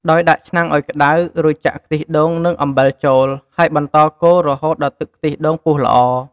ដោយដាក់ឆ្នាំងអោយក្ដៅ រួចចាក់ខ្ទិះដូង និងអំបិលចូល ហើយបន្តកូររហូតដល់ទឹកខ្ទិះដូងពុះល្អ។